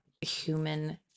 human